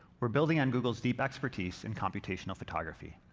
we're building on google's deep expertise in computational photography.